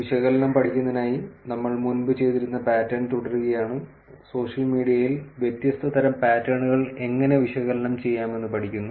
വിശകലനം പഠിക്കുന്നതിനായി നമ്മൾ മുൻപ് ചെയ്തിരുന്ന പാറ്റേൺ തുടരുകയാണ് സോഷ്യൽ മീഡിയയിൽ വ്യത്യസ്ത തരം പാറ്റേണുകൾ എങ്ങനെ വിശകലനം ചെയ്യാമെന്ന് പഠിക്കുന്നു